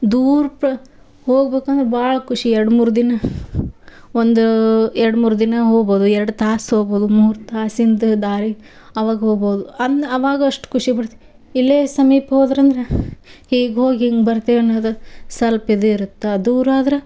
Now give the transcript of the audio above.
ದೂರ ಪ್ರ ಹೋಗ್ಬೇಕಂದ್ರೆ ಭಾಳ ಖುಷಿ ಎರಡು ಮೂರು ದಿನ ಒಂದು ಎರಡು ಮೂರು ದಿನ ಹೋಗ್ಬೋದು ಎರಡು ತಾಸು ಹೋಗ್ಬೋದು ಮೂರು ತಾಸಿಂದು ದಾರಿ ಅವಾಗ ಹೋಗ್ಬೋದು ಅಂದು ಅವಾಗಷ್ಟು ಖುಷಿಪಡ್ತಿ ಇಲ್ಲೇ ಸಮೀಪ ಹೋದ್ರಂದ್ರೆ ಹೀಗೋಗಿ ಹಿಂಗೇ ಬರ್ತೇವೆ ಅನ್ನೋದ ಸ್ವಲ್ಪ ಇದಿರುತ್ತೆ ದೂರಾದ್ರೆ